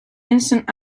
instant